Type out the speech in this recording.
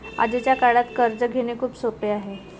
आजच्या काळात कर्ज घेणे खूप सोपे आहे